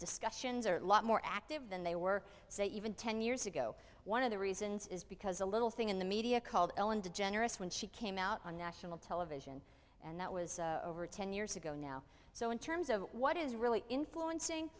discussions are lot more active than they were say even ten years ago one of the reasons is because a little thing in the media called ellen de generous when she came out on national television and that was over ten years ago now so in terms of what is really influencing